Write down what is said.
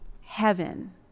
heaven